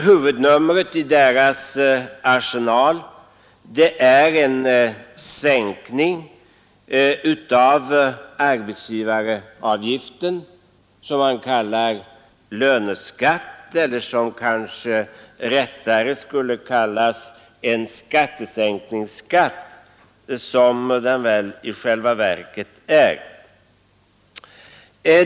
Huvudnumret i deras arsenal är en sänkning av arbetsgivaravgiften — som de kallar löneskatten men som kanske rättare skulle heta skattesänkningsskatten.